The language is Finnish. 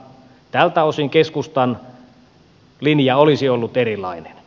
tältä osin keskustan linja olisi ollut erilainen